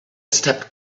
stepped